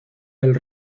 del